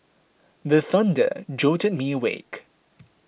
the thunder jolt me awake